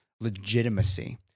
legitimacy